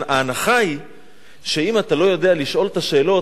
ההנחה היא שאם אתה לא יודע לשאול את השאלות,